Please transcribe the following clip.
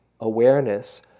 awareness